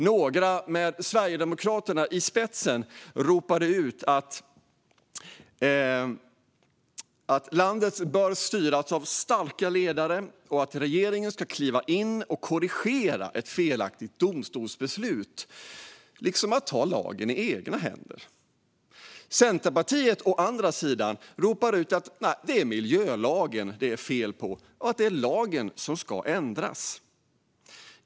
Några, med Sverigedemokraterna i spetsen, ropade ut att landet bör styras av starka ledare och att regeringen ska kliva in och korrigera ett felaktigt domstolsbeslut, att liksom ta lagen i egna händer. Centerpartiet å andra sidan ropar ut att det är miljölagen det är fel på och att det är lagen som ska ändras.